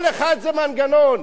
כל אחד זה מנגנון.